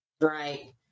Right